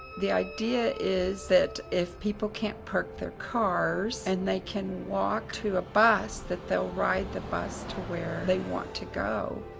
the idea is that if people can't park their cars, and they can walk to a bus, that they'll ride the bus to where they want to go.